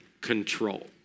control